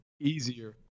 easier